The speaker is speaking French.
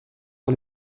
sur